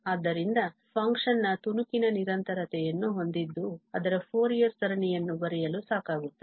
ಆದ್ದರಿಂದ ಫಂಕ್ಷನ್ನ ತುಣುಕಿನ ನಿರಂತರತೆಯನ್ನು ಹೊಂದಿದ್ದು ಅದರ ಫೋರಿಯರ್ ಸರಣಿಯನ್ನು ಬರೆಯಲು ಸಾಕಾಗುತ್ತದೆ